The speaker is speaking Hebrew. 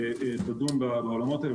תדון בעולמות האלה.